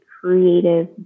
creative